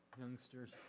Youngsters